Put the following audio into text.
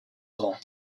rang